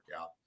out